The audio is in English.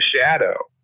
shadow